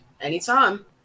Anytime